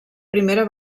primera